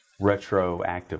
retroactively